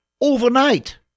overnight